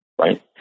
right